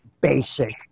basic